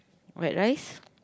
white rice